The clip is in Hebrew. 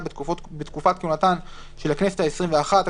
בתקופות כהונתן של הכנסת העשרים ואחת,